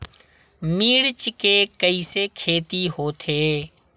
मिर्च के कइसे खेती होथे?